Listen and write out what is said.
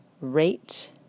rate